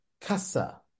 Casa